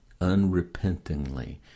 unrepentingly